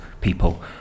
people